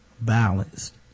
balanced